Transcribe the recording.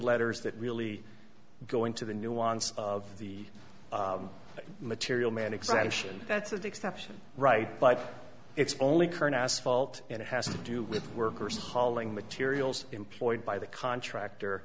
letters that really going to the nuance of the material man exemption that's an exception right but it's only current asphalt and it has to do with workers hauling materials employed by the contractor